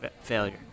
failure